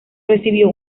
recibió